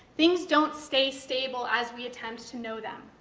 things don't stay stable as we attempt to know them.